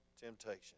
temptation